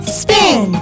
spin